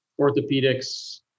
orthopedics